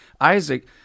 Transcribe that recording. Isaac